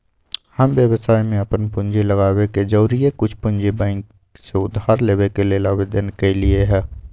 हम व्यवसाय में अप्पन पूंजी लगाबे के जौरेए कुछ पूंजी बैंक से उधार लेबे के लेल आवेदन कलियइ ह